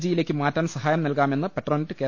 ജിയിലേക്ക് മാറ്റാൻ സഹായം നൽകാമെന്ന് പെട്രോനെറ്റ് കെ